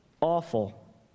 awful